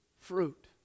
fruit